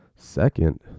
second